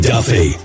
Duffy